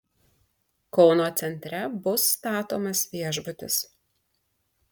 kauno centre bus statomas viešbutis